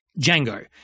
Django